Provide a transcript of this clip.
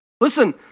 Listen